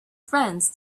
friends